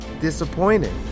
disappointed